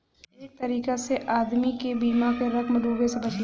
एक तरीका से आदमी के बीमा क रकम डूबे से बचला